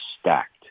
stacked